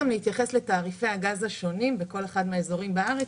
גם להתייחס לתעריפי הגז השונים בכל אחד מהאזורים בארץ,